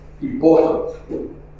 Important